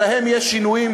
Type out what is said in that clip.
שלהם יש שינויים,